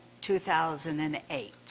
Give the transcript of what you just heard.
2008